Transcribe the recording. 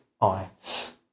eyes